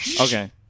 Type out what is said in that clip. okay